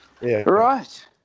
Right